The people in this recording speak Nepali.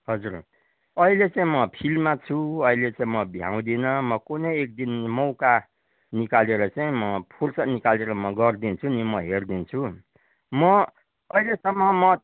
हजुर अहिले चाहिँ म फिल्डमा छु अहिले चाहिँ म भ्याउँदिनँ म कुनै एक दिन मौका निकालेर चाहिँ म फुर्सद निकालेर म गरिदिन्छु नि म हेरिदिन्छु म अहिलेसम्म म